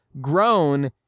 grown